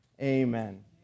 amen